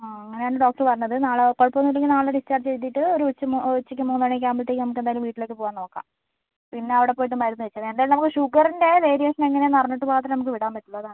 ആ അങ്ങനെ ആണ് ഡോക്ടർ പറഞ്ഞത് നാളെ കുഴപ്പം ഒന്നും ഇല്ലെങ്കിൽ നാളെ ഡിസ്ചാർജ് ചെയ്തിട്ട് ഒരു ഉച്ച ഉച്ചയ്ക്ക് മൂന്ന് മണി ഒക്കെ ആവുമ്പോഴത്തേക്കും നമുക്ക് വീട്ടിലേക്ക് പോവാൻ നോക്കാം പിന്നെ അവിടെ പോയിട്ട് മരുന്ന് കഴിച്ചാൽ മതി എന്തായാലും നമുക്ക് ഷുഗറിൻ്റെ വേരിയേഷൻ എങ്ങനെയാണെന്ന് അറിഞ്ഞിട്ട് മാത്രമേ നമുക്ക് വിടാൻ പറ്റുള്ളൂ അതാണ്